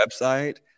website